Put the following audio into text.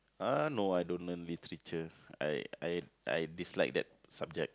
uh no I don't learn literature I I I dislike that subject